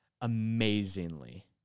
amazingly